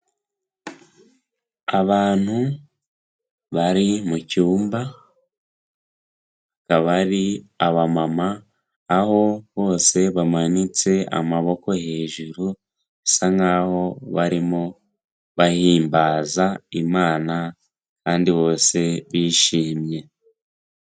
Abantu bari mu cyumba akaba ari abamama, aho bose bamanitse amaboko hejuru, bisa nkaho barimo bahimbaza Imana kandi bose bishimye.